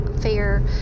fair